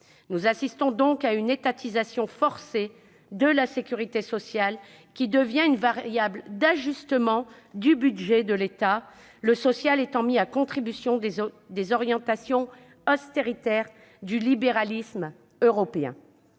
Nous assistons donc à une étatisation forcée de la sécurité sociale, qui devient une variable d'ajustement du budget de l'État, le social étant mis à contribution des orientations austéritaires du libéralisme européen.